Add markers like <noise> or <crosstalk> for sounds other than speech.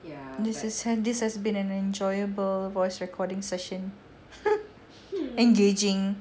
this is this has been an enjoyable voice recording session <laughs> engaging